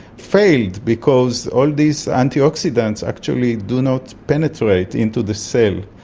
failed because all these antioxidants actually do not penetrate into the cell.